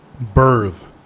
birth